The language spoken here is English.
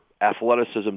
athleticism